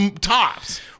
Tops